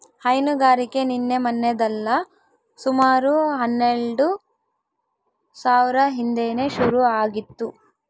ಹೈನುಗಾರಿಕೆ ನಿನ್ನೆ ಮನ್ನೆದಲ್ಲ ಸುಮಾರು ಹನ್ನೆಲ್ಡು ಸಾವ್ರ ಹಿಂದೇನೆ ಶುರು ಆಗಿತ್ತು